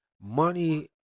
money